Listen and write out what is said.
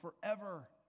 forever